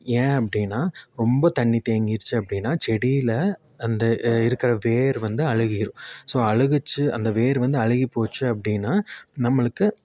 ஏன் அப்படின்னா ரொம்ப தண்ணீர் தேங்கிருச்சு அப்படின்னா செடியில் அந்த இருக்கிற வேர் வந்து அழுகிடும் ஸோ அழுகுச்சு அந்த வேர் வந்து அழுகி போச்சு அப்படின்னா நம்மளுக்கு